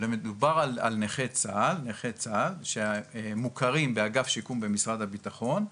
מדובר על נכי צה"ל שמוכרים באגף שיקום במשרד הבטחון,